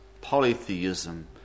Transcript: Polytheism